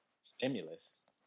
stimulus